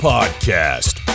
Podcast